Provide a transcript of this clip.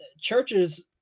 churches